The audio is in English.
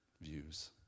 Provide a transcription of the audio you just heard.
views